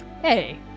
hey